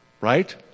Right